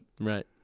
right